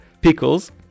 pickles